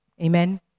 Amen